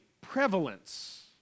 prevalence